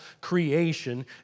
creation